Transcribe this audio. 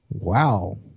wow